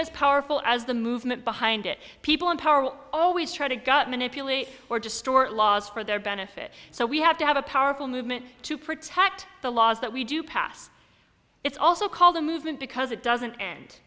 as powerful as the movement behind it people in power will always try to gut manipulate or distort laws for their benefit so we have to have a powerful movement to protect the laws that we do pass it's also called a movement because it doesn't end